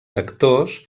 sectors